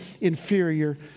inferior